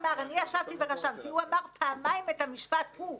האם המשטרה הגבירה לנוכח ההתראות המאוד ספציפיות - הגבירה,